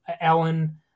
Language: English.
Ellen